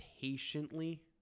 patiently